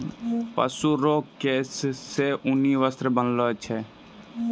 पशु रो केश से ऊनी वस्त्र बनैलो छै